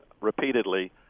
repeatedly